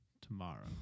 tomorrow